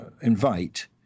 invite